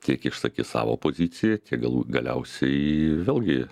tiek išsakys savo poziciją tiek galų galiausiai vėlgi